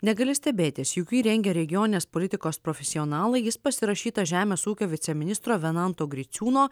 negali stebėtis juk jį rengia regioninės politikos profesionalai jis pasirašytas žemės ūkio viceministro venanto griciūno